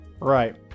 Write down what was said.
Right